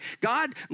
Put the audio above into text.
God